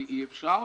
כי אי אפשר אחרת.